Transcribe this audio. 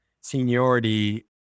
seniority